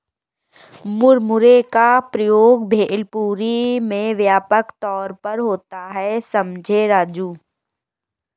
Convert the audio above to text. मुरमुरे का प्रयोग भेलपुरी में व्यापक तौर पर होता है समझे राजू